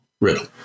Riddle